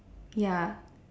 ya